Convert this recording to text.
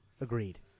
Agreed